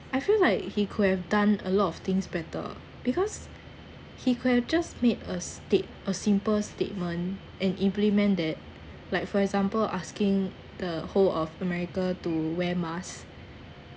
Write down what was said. I feel like he could have done a lot of things better because he could have just made a state~ a simple statement and implement that like for example asking the whole of america to wear masks